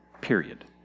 Period